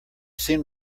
seen